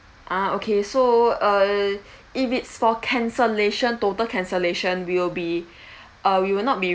ah okay so err if it's for cancellation total cancellation we will be uh we will not be